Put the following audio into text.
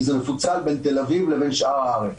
זה מפוצל בין תל אביב לבין שאר הארץ,